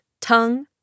tongue